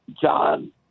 John